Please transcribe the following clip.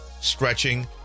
stretching